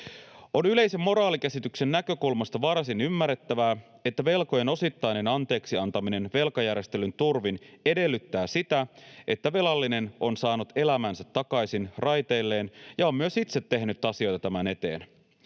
On yleisen moraalikäsityksen näkökulmasta varsin ymmärrettävää, että velkojen osittainen anteeksi antaminen velkajärjestelyn turvin edellyttää sitä, että velallinen on saanut elämänsä takaisin raiteilleen ja on myös itse tehnyt asioita tämän eteen.